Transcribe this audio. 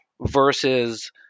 versus